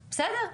בסדר.